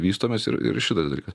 vystomės ir ir šitas dalykas